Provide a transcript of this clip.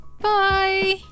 Bye